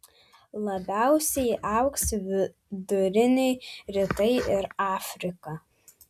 labiausiai augs viduriniai rytai ir afrika